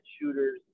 shooters